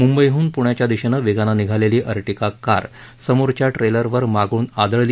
म्ंबईहन प्ण्याच्या दिशेनं वेगानं निघालेली अटिॅगा कार समोरच्या ट्रेलरवरवर मागून आदळली